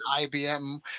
IBM